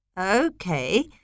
Okay